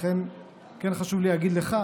לכן, כן חשוב לי להגיד לך,